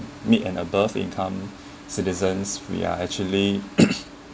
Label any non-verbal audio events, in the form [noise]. mid and above income citizens we are actually [coughs]